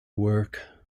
work